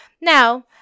now